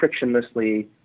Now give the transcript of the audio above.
frictionlessly